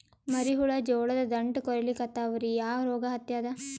ಮರಿ ಹುಳ ಜೋಳದ ದಂಟ ಕೊರಿಲಿಕತ್ತಾವ ರೀ ಯಾ ರೋಗ ಹತ್ಯಾದ?